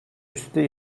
üstü